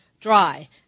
dry